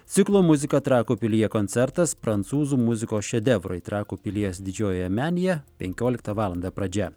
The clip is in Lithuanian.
ciklo muzika trakų pilyje koncertas prancūzų muzikos šedevrai trakų pilies didžiojoje menėje penkioliktą valandą pradžia